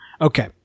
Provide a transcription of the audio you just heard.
Okay